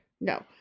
No